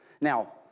Now